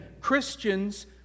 Christians